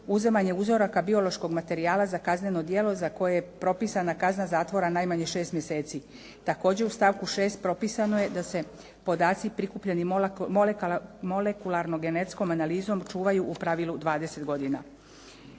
uzimanje uzoraka biološkog materijala za kazneno djelo za koje je propisana kazna zatvora najmanje 6 mjeseci. Također u stavku 6. propisano je da se podaci prikupljeni molekularno-genetskom analizom čuvaju u pravilu 20 godina.